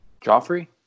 Joffrey